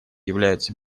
являются